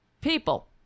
people